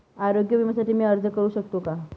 आरोग्य विम्यासाठी मी अर्ज करु शकतो का?